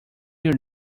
your